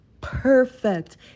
perfect